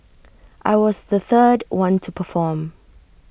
I was the third one to perform